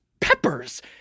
peppers